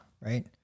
Right